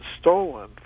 stolen